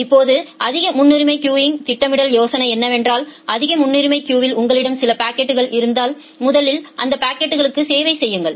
இப்போது அதிக முன்னுரிமை கியூங்இன் திட்டமிடல் யோசனை என்னவென்றால் அதிக முன்னுரிமை கியூவில் உங்களிடம் சில பாக்கெட்கள் இருந்தால் முதலில் அந்த பாக்கெட்களுக்கு சேவை செய்யுங்கள்